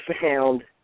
found